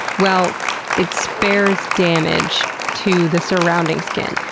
while it spares damage to the surrounding skin.